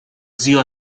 zio